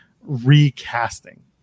recasting